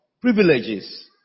privileges